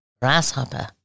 grasshopper